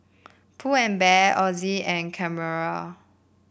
Pull and Bear Ozi and Carrera